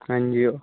ਹਾਂਜੀ ਉਹ